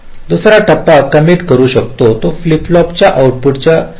दुसरा टप्पा कमिट करू शकतो तो फ्लिप फ्लॉपच्या आउटपुटच्या बदलांआधी इनपुट असेल